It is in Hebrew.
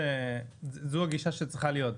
זו הגישה שצריכה להיות,